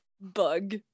Bug